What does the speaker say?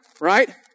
right